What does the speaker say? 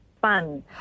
fun